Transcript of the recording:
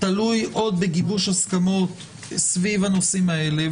תלוי עוד בגיבוש הסכמות סביב הנושאים האלה,